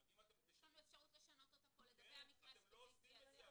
אבל אם אתם --- יש לנו אפשרות לשנות --- אבל אתם לא עושים את זה.